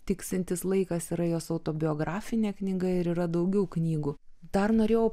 tiksintis laikas yra jos autobiografinė knyga ir yra daugiau knygų dar norėjau